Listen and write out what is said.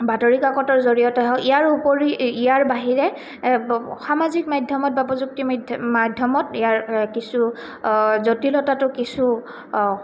বাতৰিকাকতৰ জৰিয়তে হওক ইয়াৰ উপৰি ইয়াৰ বাহিৰে সামাজিক মাধ্যমত বা প্ৰযুক্তি মাধ্য মাধ্যমত ইয়াৰ কিছু জটিলতাটো কিছু